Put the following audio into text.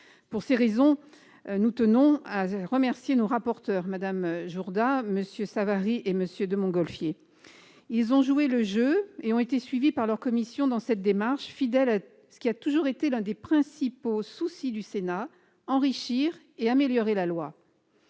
Pour ces raisons, nous tenons à remercier nos rapporteurs : Mme Jourda, M. Savary et M. de Montgolfier. Ils ont joué le jeu et ont été suivis par leurs commissions dans cette démarche, fidèles à ce qui a toujours été l'un des principaux soucis du Sénat : enrichir et améliorer la loi.